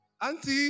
Auntie